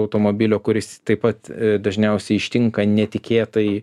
automobilio kuris taip pat dažniausiai ištinka netikėtai